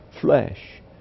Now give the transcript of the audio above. flesh